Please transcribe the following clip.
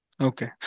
Okay